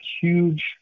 huge